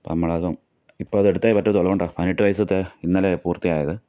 ഇപ്പം നമ്മളതും ഇപ്പം അതെടുത്തേ പറ്റത്തുള്ളു അതുകൊണ്ടാണ് പതിനെട്ട് വയസ്സിലത്തെ ഇന്നലെയാണ് പൂർത്തി ആയത്